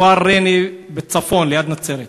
הכפר ריינה בצפון, ליד נצרת,